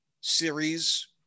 series